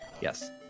Yes